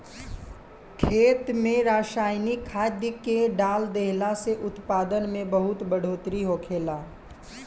खेत में रसायनिक खाद्य के डाल देहला से उत्पादन में बहुत बढ़ोतरी होखेला